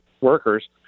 workers